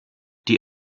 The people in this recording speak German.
die